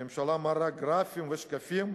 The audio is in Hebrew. הממשלה מראה גרפים ושקפים,